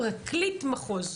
פרקליט מחוז,